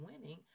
winning